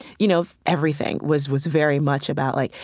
you know, everything was was very much about, like,